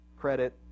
credit